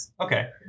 Okay